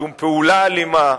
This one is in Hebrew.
שום פעולה אלימה,